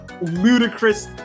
ludicrous